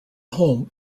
home